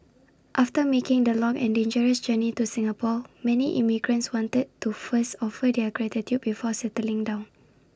after making the long and dangerous journey to Singapore many immigrants wanted to first offer their gratitude before settling down